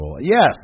Yes